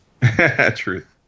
Truth